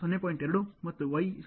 2 ಆಗಿರುತ್ತದೆ